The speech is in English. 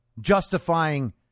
justifying